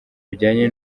bijyana